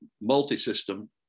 multi-system